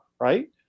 right